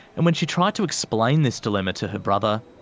and when she tried to explain this dilemma to her brother,